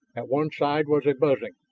at one side was a buzzing,